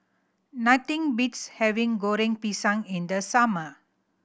nothing beats having Goreng Pisang in the summer